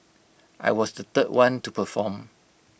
I was the third one to perform